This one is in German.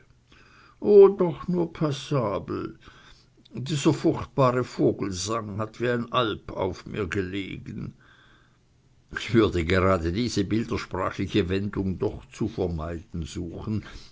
geruht doch nur passabel dieser furchtbare vogelsang hat wie ein alp auf mir gelegen ich würde gerade diese bildersprachliche wendung doch zu vermeiden suchen